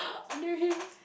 only him